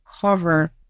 cover